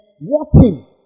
watching